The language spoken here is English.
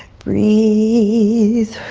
breathe.